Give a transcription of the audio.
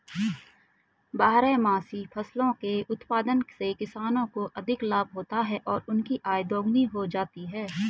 बारहमासी फसलों के उत्पादन से किसानों को अधिक लाभ होता है और उनकी आय दोगुनी हो जाती है